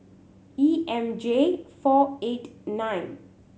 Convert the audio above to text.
E M J four eight nine